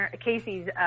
Casey's